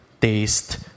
taste